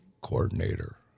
coordinator